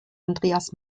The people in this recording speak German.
andreas